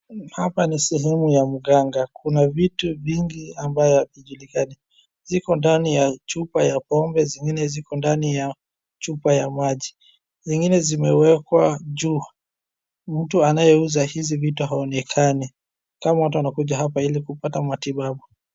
Hapa ni sehemu ya mganga. Kuna vitu vingi ambayo haijulikani. Ziko ndani ya chupa ya pombe, zingine ziko ndani ya chupa ya maji. Zingine zimewekwa juu. Mtu anayeuza hizi vitu haonekani, kama watu wanakuja hapa ili kupata matibabu.